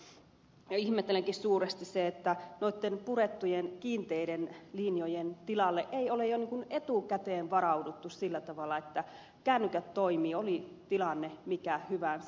ja ihmettelenkin suuresti että kun noitakiinteitä linjoja on purettu ei ole jo etukäteen varauduttu siihen että kännykät toimivat oli tilanne mikä hyvänsä